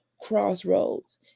crossroads